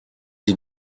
sie